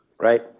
right